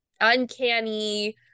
uncanny